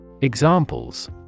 Examples